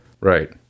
Right